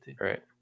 right